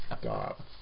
stop